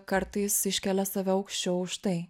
kartais iškelia save aukščiau už tai